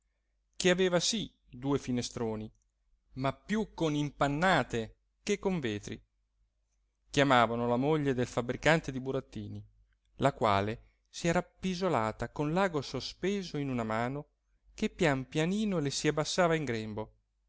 che aveva sì due finestroni ma più con impannate che con vetri chiamavano la moglie del fabbricante di burattini la quale si era appisolata con l'ago sospeso in una mano che pian pianino le si abbassava in grembo